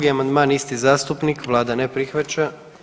1. amandman isti zastupnik, vlada ne prihvaća.